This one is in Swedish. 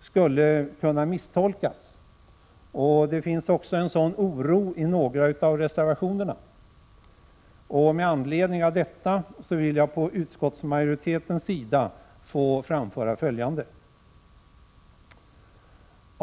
skulle kunna misstolkas — det finns en sådan oro i några av reservationerna — vill jag å utskottsmajoritetens vägnar anföra följande.